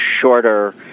shorter